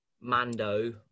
Mando